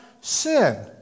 sin